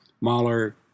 Mahler